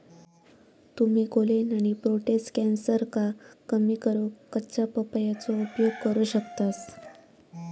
तुम्ही कोलेन आणि प्रोटेस्ट कॅन्सरका कमी करूक कच्च्या पपयेचो उपयोग करू शकतास